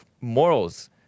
morals